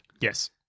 Yes